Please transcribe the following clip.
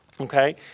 Okay